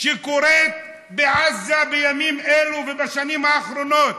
שקורית בעזה בימים אלו ובשנים האחרונות,